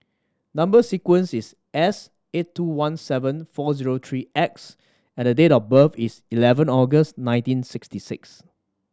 number sequence is S eight two one seven four zero three X and the date of birth is eleven August nineteen sixty six